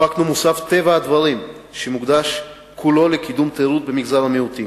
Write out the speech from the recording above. הפקנו מוסף "טבע הדברים" המוקדש כולו לקידום תיירות במגזר המיעוטים.